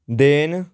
ਦੇਣ